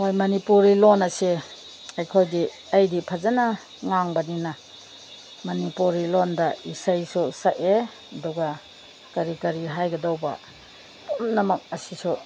ꯍꯣꯏ ꯃꯅꯤꯄꯨꯔꯤ ꯂꯣꯟ ꯑꯁꯦ ꯑꯩꯈꯣꯏꯗꯤ ꯑꯩꯗꯤ ꯐꯖꯅ ꯉꯥꯡꯕꯅꯤꯅ ꯃꯅꯤꯄꯨꯔꯤ ꯂꯣꯟꯗ ꯏꯁꯩꯁꯨ ꯁꯛꯑꯦ ꯑꯗꯨꯒ ꯀꯔꯤ ꯀꯔꯤ ꯍꯥꯏꯒꯗꯧꯕ ꯄꯨꯝꯅꯃꯛ ꯑꯁꯤꯁꯨ